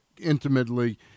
intimately